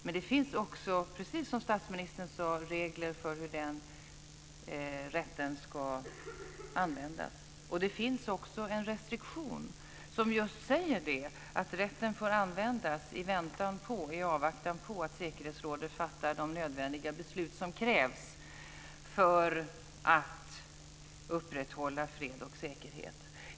Men, precis som statsministern sade, finns det också regler för hur den rätten ska användas. Det finns även en restriktion som innebär att man kan använda sig av den rätten i avvaktan på att säkerhetsrådet fattar de nödvändiga beslut som krävs för att upprätthålla fred och säkerhet.